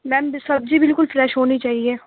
میم سبزی بالکل فریش ہونی چاہیے